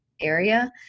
area